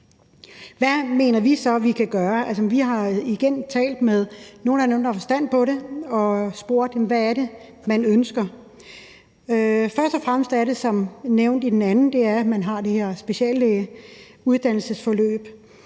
Hvad mener vi så vi kan gøre? Vi har igen talt med nogle af dem, der har forstand på det, og spurgt, hvad det er, man ønsker. Først og fremmest er det som nævnt, at man har det her speciallægeuddannelsesforløb,